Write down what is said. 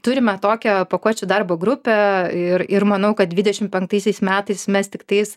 turime tokią pakuočių darbo grupę ir ir manau kad dvidešim penktaisiais metais mes tiktais